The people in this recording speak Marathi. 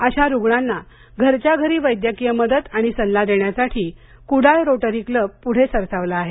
अशा रुग्णांना घरच्या घरी वैद्यकीय मदत आणि सल्ला देण्यासाठी कुडाळ रोटरी क्लब पुढे सरसावला आहे